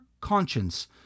conscience